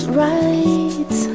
right